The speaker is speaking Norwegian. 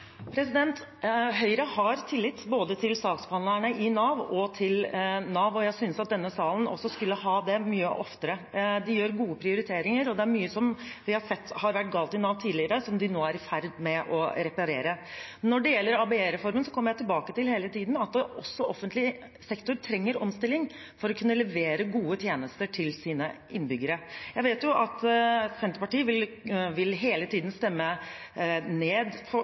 Høyre har tillit både til saksbehandlerne i Nav og til Nav, og jeg synes at denne salen skulle ha det mye oftere. De gjør gode prioriteringer. Mye vi har sett tidligere som har vært galt i Nav, er de nå i ferd med å reparere. Når det gjelder ABE-reformen, kommer jeg hele tiden tilbake til at også offentlig sektor trenger omstilling for å kunne levere gode tjenester til sine innbyggere. Jeg vet at Senterpartiet hele tiden vil stemme ned